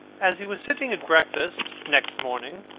as he was sitting at breakfast next morning,